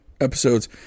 episodes